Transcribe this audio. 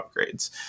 upgrades